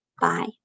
Bye